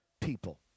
people